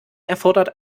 erfordert